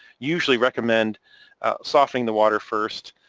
usually recommend softening the water first,